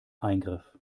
eingriff